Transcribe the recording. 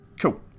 Cool